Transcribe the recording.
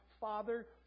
Father